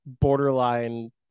borderline